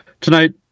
tonight